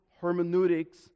hermeneutics